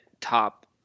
top